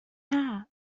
hea